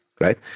Right